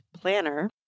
planner